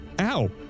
Ow